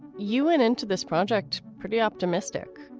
you went into this project pretty optimistic.